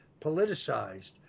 politicized